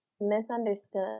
Misunderstood